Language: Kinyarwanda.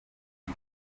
iri